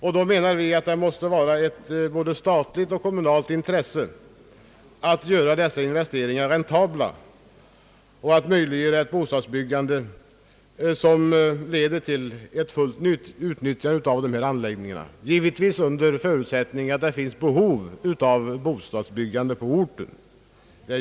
Vi menar därför att det måste vara ett både statligt och kommunalt intresse att göra dessa investeringar räntabla och att möjliggöra ett bostadsbyggande som leder till ett fullt utnyttjande av dessa anläggningar — givetvis under förutsättning att det finns behov av bostadsbyggande på orten.